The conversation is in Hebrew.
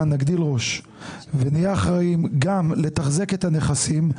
נגדיל ראש ונהיה אחראים גם לתחזק את הנכסים,